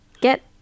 Get